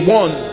one